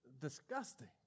disgusting